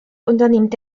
unternimmt